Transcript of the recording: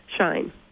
shine